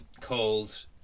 called